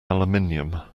aluminium